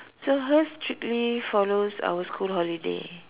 so hers should be follows our school holiday